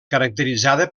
caracteritzada